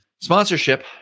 sponsorship